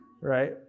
right